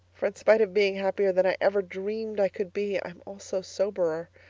for in spite of being happier than i ever dreamed i could be, i'm also soberer.